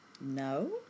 No